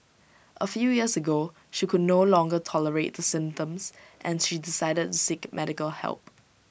A few years ago she could no longer tolerate the symptoms and she decided to seek medical help